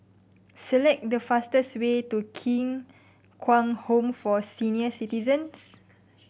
select the fastest way to King Kwang Home for Senior Citizens